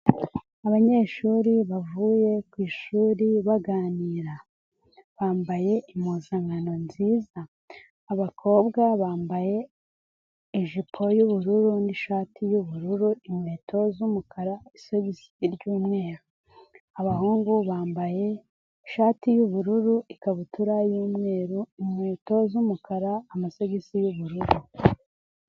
Abanyeshuri bavuye ku ishuri baganira, bambaye impuzankano nziza, abakobwa bambaye ijipo y'ubururu n'ishati y'ubururu, inkweto z'umukara n'isogisi ry'umweru, abahungu bambaye ishati y'ubururu n'ikabutura y'umweru, inkweto z'umukara, amasogisi y'ubururu.